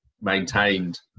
maintained